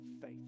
faith